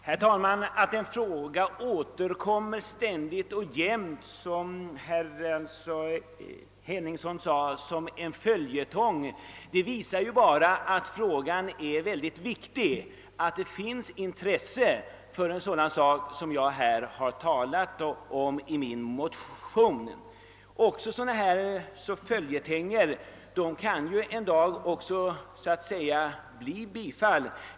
Herr talman! Herr Henningsson sade att denna fråga har återkommit som en följetong. Det visar ju bara att den är mycket viktig, att det finns intresse för den sak jag talat om i min motion. Frågor som ständigt återkommer kan en dag bli bifallna.